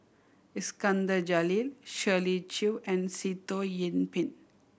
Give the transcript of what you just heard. Iskandar Jalil Shirley Chew and Sitoh Yih Pin